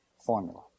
formula